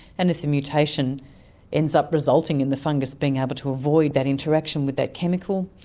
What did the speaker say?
and if the mutation ends up resulting in the fungus being able to avoid that interaction with that chemical,